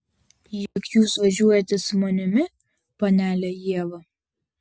juk jūs važiuojate su manimi panele ieva